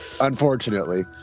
Unfortunately